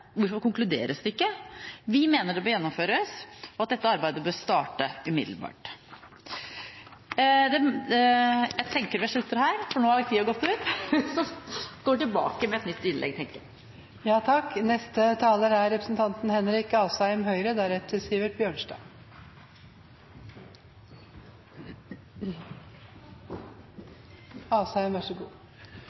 Hvorfor konkluderes det ikke? Vi mener det bør gjennomføres og at dette arbeidet bør starte umiddelbart. Jeg tenker jeg slutter her, for nå er vel tiden ute. Jeg kommer tilbake med et nytt innlegg, tenker jeg. I 2013 gikk de fire samarbeidspartiene sammen til valg på å realisere kunnskapssamfunnet. Det var nødvendig fordi vi er